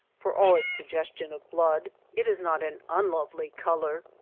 for all its suggestion of blood it is not an unlovely color.